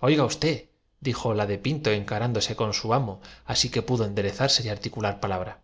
concluyeron las intrigas vociferaba don sin oiga ustédijo la de pinto encarándose con su dulfo lívido de coraje se acabaron los amorcillos de amo así que pudo enderezarse y articular palabra